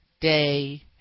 day